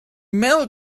male